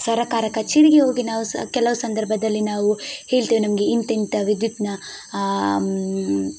ಸರ್ಕಾರ ಕಚೇರಿಗೆ ಹೋಗಿ ನಾವು ಸಹ ಕೆಲವು ಸಂದರ್ಭದಲ್ಲಿ ನಾವೂ ಹೇಳ್ತೇವೆ ನಮಗೆ ಇಂಥಿಂಥ ವಿದ್ಯುತ್ನ